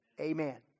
Amen